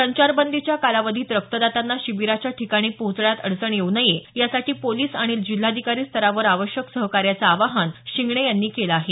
संचारबंदीच्या कालावधीत रक्तदात्यांना शिबिराच्या ठिकाणी पोहोचण्यात अडचण येऊ नये यासाठी पोलीस आणि जिल्हाधिकारी स्तरावर आवश्यक सहकार्याचं आवाहन त्यांनी केलं आहे